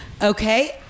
Okay